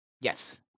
Yes